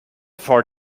for